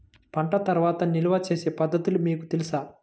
పంట తర్వాత నిల్వ చేసే పద్ధతులు మీకు తెలుసా?